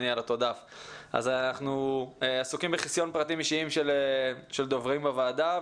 אנחנו עסוקים בחסיון פרטים אישיים של דוברים בוועדה.